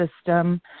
system